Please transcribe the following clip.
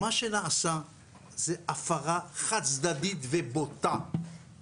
מה שנעשה זו הפרה חד צדדים ובוטה